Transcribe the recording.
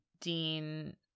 Dean